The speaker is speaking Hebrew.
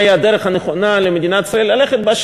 מהי הדרך הנכונה למדינת ישראל ללכת בה.